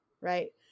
Right